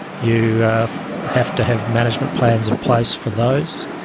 you have to have management plans in place for those.